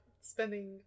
spending